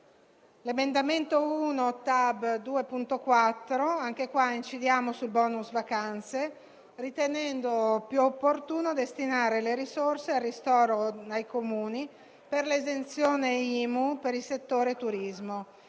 l'emendamento 1.Tab.2.4 incidiamo sul *bonus* vacanze, ritenendo più opportuno destinare le medesime risorse ai Comuni, per l'esenzione IMU per il settore turismo,